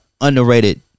underrated